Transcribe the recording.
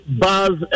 bars